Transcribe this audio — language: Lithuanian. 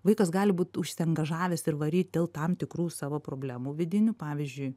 vaikas gali būt užsiangažavęs ir varyt dėl tam tikrų savo problemų vidinių pavyzdžiui